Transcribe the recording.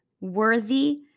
worthy